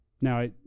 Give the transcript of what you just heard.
Now